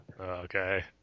okay